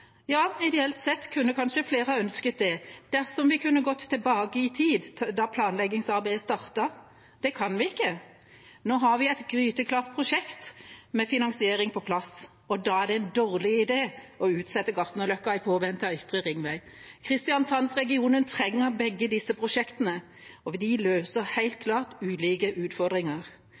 Ja, ideelt sett kunne kanskje flere ha ønsket det, dersom vi kunne gått tilbake i tid, til da planleggingsarbeidet startet. Det kan vi ikke. Nå har vi et gryteklart prosjekt med finansiering på plass, og da er det en dårlig idé å utsette Gartnerløkka i påvente av Ytre ringvei. Kristiansands-regionen trenger begge disse prosjektene, og de løser helt klart ulike utfordringer.